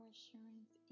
assurance